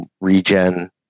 regen